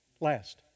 last